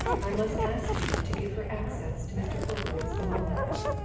i must ask you to give her access to mr. horbury's belongings.